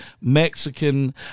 Mexican